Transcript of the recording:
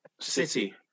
City